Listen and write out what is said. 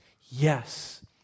yes